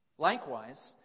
Likewise